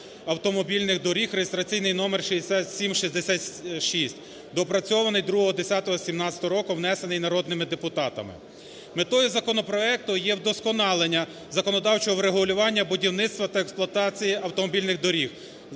автомобільних доріг (реєстраційний номер 6766) (доопрацьований 02.10.2017 року), внесений народними депутатами. Метою законопроекту є вдосконалення законодавчого врегулювання будівництва та експлуатації автомобільних доріг